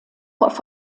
auf